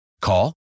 Call